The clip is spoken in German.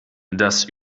das